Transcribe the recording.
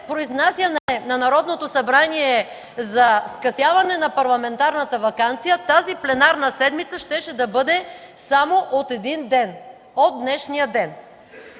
произнасяне на Народното събрание за скъсяване на парламентарната ваканция, тази пленарна седмица щеше да бъде само от един ден – от днешния ден.